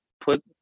put